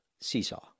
seesaw